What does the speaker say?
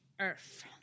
earth